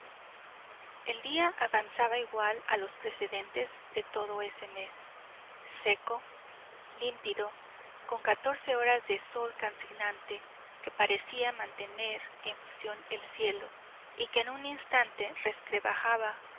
el día avanzaba igual a los precedentes de todo ese mes seco límpido con catorce horas de sol calcinante que parecía mantener en fusión el cielo y que en un instante